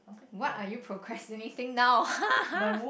what are procrastinating now